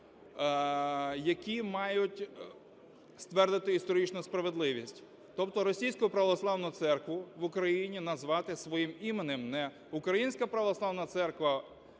які мають ствердити історичну справедливість, тобто Російську Православну Церкву в Україні назвати своїм іменем – не Українська Православна Церква